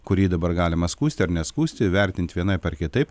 kurį dabar galima skųsti ar neskųsti vertint vienaip ar kitaip